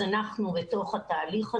אז אנחנו בתוך התהליך הזה,